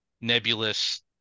nebulous